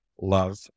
Love